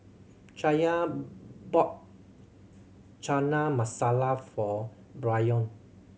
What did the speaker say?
Chaya bought Chana Masala for Bryon